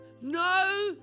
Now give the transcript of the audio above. No